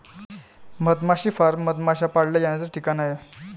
मधमाशी फार्म मधमाश्या पाळल्या जाण्याचा ठिकाण आहे